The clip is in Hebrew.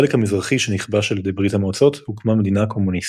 כאשר בחלק המזרחי שנכבש על ידי ברית המועצות הוקמה מדינה קומוניסטית.